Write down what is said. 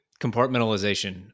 compartmentalization